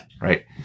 right